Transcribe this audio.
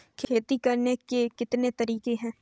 खेती करने के कितने तरीके हैं?